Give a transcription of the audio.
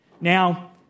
Now